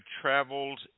traveled